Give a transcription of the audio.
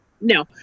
No